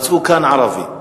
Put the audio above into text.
מצאו כאן ערבים,